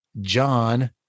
John